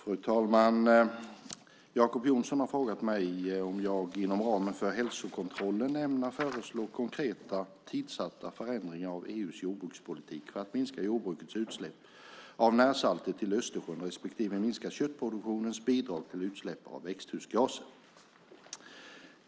Fru talman! Jacob Johnson har frågat mig om jag inom ramen för hälsokontrollen ämnar föreslå konkreta tidsatta förändringar av EU:s jordbrukspolitik för att minska jordbrukets utsläpp av närsalter till Östersjön respektive minska köttproduktionens bidrag till utsläpp av växthusgaser.